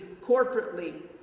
corporately